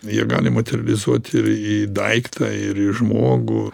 jie gali materializuot ir į daiktą ir į žmogų